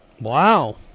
Wow